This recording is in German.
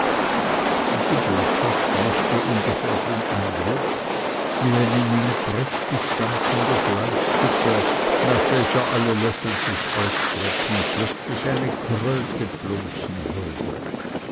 diese botschaft machte ungefähr den eindruck wie wenn in eine prächtig dampfende fleischsuppe nach welcher alle löffel sich ausstrecken plötzlich eine kröte plumpsen würde